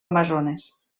amazones